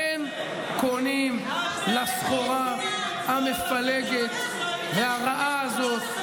אין קונים לסחורה המפלגת והרעה הזאת.